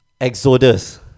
Exodus